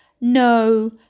No